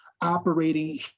operating